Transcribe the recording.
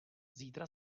zítra